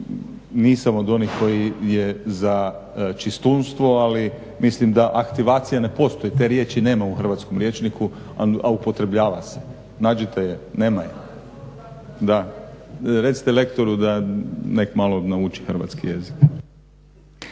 Nisam od onih koji je za čistunstvo ali mislim da aktivacija ne postoji. Te riječi nema u hrvatskom rječniku, a upotrebljava se. Nađite je, nema je. Recite lektoru da nek malo nauči hrvatski jezik.